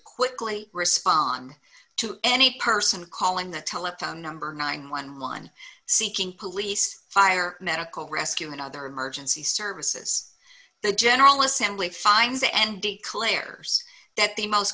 quickly respond to any person calling the telephone number nine hundred and eleven seeking police fire medical rescue and other emergency services the general assembly finds and declares that the most